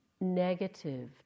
negative